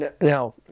Now